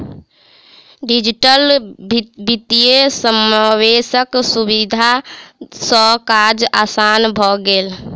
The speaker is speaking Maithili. डिजिटल वित्तीय समावेशक सुविधा सॅ काज आसान भ गेल